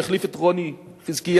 שהחליף את רוני חזקיהו,